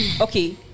okay